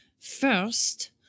First